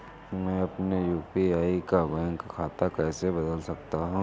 मैं अपने यू.पी.आई का बैंक खाता कैसे बदल सकता हूँ?